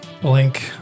blink